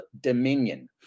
Dominion